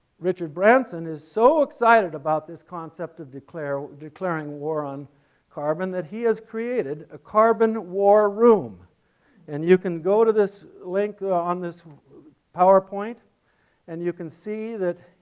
richard branson is so excited about this concept of declaring declaring war on carbon that he has created a carbon war room and you can go to this link on this powerpoint and you can see that